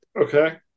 Okay